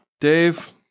Dave